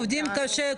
עובדים קשה,